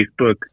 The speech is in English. Facebook